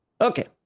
Okay